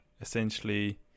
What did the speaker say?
essentially